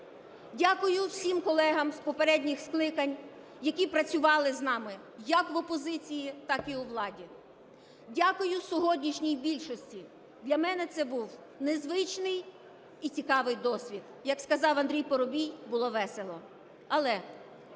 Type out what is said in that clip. Дякую всім колегам з попередніх скликань, які працювали з нами як в опозиції, так і у владі. Дякую сьогоднішній більшості, для мене це був незвичний і цікавий досвід, як сказав Андрій Парубій, "було весело".